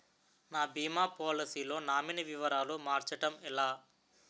నా భీమా పోలసీ లో నామినీ వివరాలు మార్చటం ఎలా?